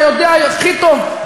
אתה יודע הכי טוב,